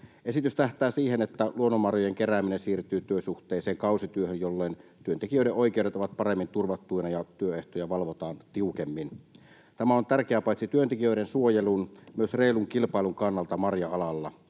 Esitys tähtää siihen, että luonnonmarjojen kerääminen siirtyy työsuhteiseen kausityöhön, jolloin työntekijöiden oikeudet ovat paremmin turvattuina ja työehtoja valvotaan tiukemmin. Tämä on tärkeää paitsi työntekijöiden suojelun myös reilun kilpailun kannalta marja-alalla.